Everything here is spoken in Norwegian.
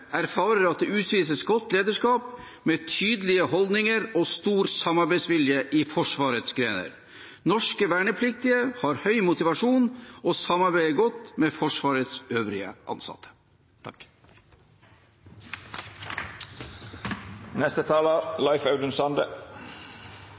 erfarer at det utvises godt lederskap med tydelige holdninger og stor samarbeidsvilje i Forsvarets grener. Norske vernepliktige har høy motivasjon og samarbeider godt med Forsvarets øvrige ansatte.